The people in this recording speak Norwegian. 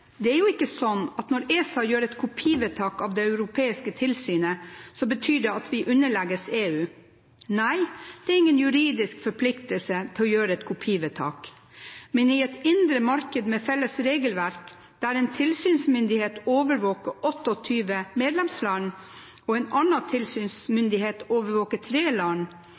Det er jo ikke sånn at når ESA gjør et kopivedtak av det europeiske tilsynet, så betyr det at vi underlegges EU. Nei, det er ingen juridisk forpliktelse til å gjøre et kopivedtak, men i et indre marked med felles regelverk, der én tilsynsmyndighet overvåker 28 medlemsland og en annen tilsynsmyndighet overvåker 3 land,